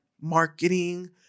marketing